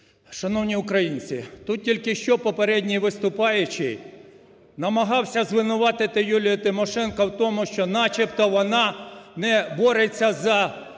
Шановні українці, тут тільки що попередній виступаючий намагався звинуватити Юлію Тимошенко в тому, що начебто вона не бореться за зниження